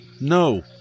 No